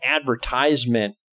advertisement